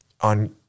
on